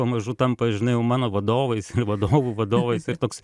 pamažu tampa žinai jau mano vadovais ir vadovų vadovais ir toks